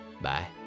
Bye